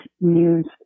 news